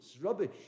rubbish